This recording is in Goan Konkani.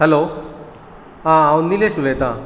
हलो हां हांव निलेश उलयतां